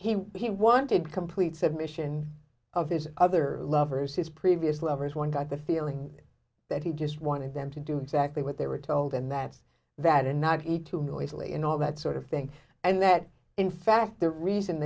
and he wanted complete submission of his other lovers his previous lovers one got the feeling that he just wanted them to do exactly what they were told and that's that and not eat too noisily in all that sort of thing and that in fact the reason